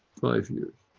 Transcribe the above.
five years,